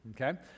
Okay